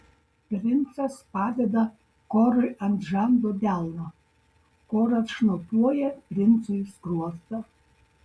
princas padeda korui ant žando delną koras šnopuoja princui į skruostą